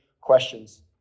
questions